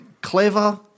Clever